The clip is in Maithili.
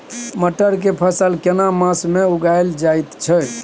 मटर के फसल केना मास में उगायल जायत छै?